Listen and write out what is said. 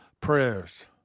prayers